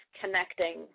connecting